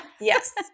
Yes